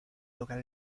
tocar